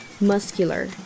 muscular